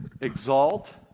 exalt